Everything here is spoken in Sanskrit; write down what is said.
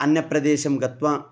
अन्यप्रदेशं गत्वा